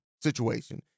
situation